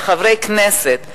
לחברי הכנסת,